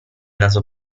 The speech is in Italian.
naso